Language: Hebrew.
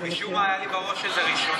משום מה, היה לי בראש שזו ראשונה.